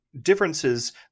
differences